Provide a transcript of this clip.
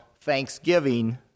thanksgiving